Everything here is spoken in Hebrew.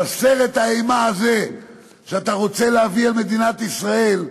אבל סרט האימה הזה שאתה רוצה להביא על מדינת ישראל,